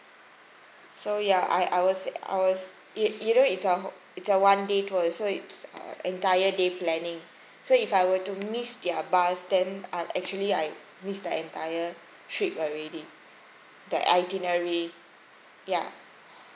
so ya I I was I was you know it's it's a one day tour so it's uh entire day planning so if I were to miss their bus then I'm actually I miss the entire trip already that itinerary ya